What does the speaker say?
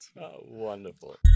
Wonderful